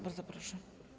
Bardzo proszę.